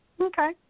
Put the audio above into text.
Okay